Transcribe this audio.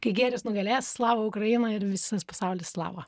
kai gėris nugalės slava ukraina ir visas pasaulis slava